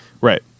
Right